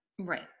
Right